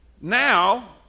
Now